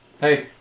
hey